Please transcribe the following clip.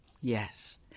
Yes